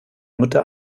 mutter